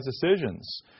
decisions